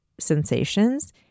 sensations